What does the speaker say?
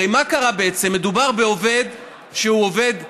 הרי מה קרה בעצם, מדובר בעובד שהוא עובד סיעודי,